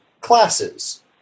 classes